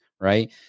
right